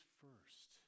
first